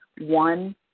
one